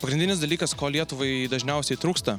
pagrindinis dalykas ko lietuvai dažniausiai trūksta